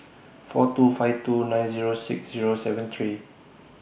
four two five two nine Zero six Zero seven three